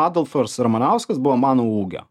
adolfas ramanauskas buvo mano ūgio